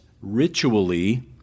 ritually